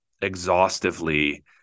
exhaustively